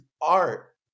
art